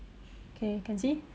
okay can see